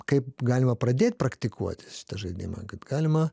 kaip galima pradėt praktikuoti šitą žaidimą kad galima